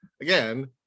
again